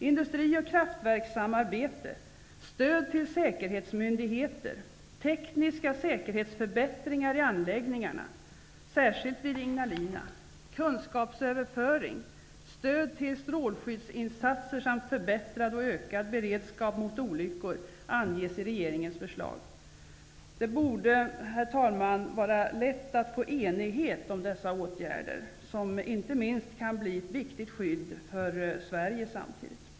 Industri och kraftverkssamarbete, stöd till säkerhetsmyndigheter, tekniska säkerhetsförbättringar i anläggningarna - särskilt vid Ignalina - kunskapsöverföring, stöd till strålskyddsinsatser samt förbättrad och ökad beredskap mot olyckor anges i regeringens förslag. Det borde, herr talman, vara lätt att nå enighet om dessa åtgärder, som samtidigt inte minst kan bli ett viktigt skydd för Sverige.